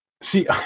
See